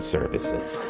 Services